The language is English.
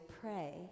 pray